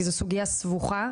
כי זו סוגייה סבוכה,